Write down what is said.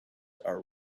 are